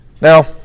Now